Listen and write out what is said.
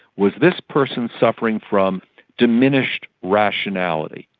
was this person suffering from diminished rationality,